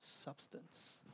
substance